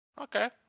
Okay